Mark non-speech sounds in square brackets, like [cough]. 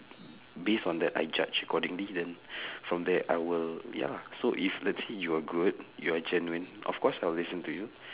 base on that I judge accordingly then [breath] from there I will ya lah so if let's say you are good you are genuine of course I will listen to you